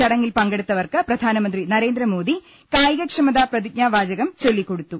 ചടങ്ങിൽ പങ്കെടുത്തവർക്ക് പ്രധാനമന്ത്രി നരേന്ദ്രമോദി കായികക്ഷമതാ പ്രതിജ്ഞാവാചകം ചൊല്ലിക്കൊടുത്തു